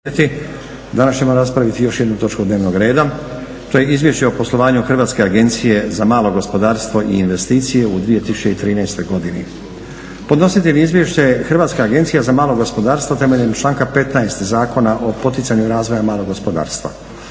Danas ćemo raspraviti još jednu točku dnevnog reda, to je - Izvješće o poslovanju Hrvatske agencije za malo gospodarstvo i investicije u 2013. godini; Podnositelj izvješća je Hrvatska agencija za malo gospodarstvo temeljem članka 15. Zakona o poticanju razvoja malog gospodarstva.